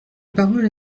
parole